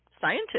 scientists